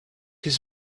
his